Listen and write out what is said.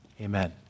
Amen